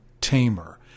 tamer